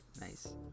Nice